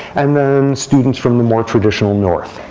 and then students from the more traditional north.